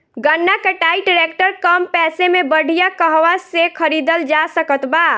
गन्ना कटाई ट्रैक्टर कम पैसे में बढ़िया कहवा से खरिदल जा सकत बा?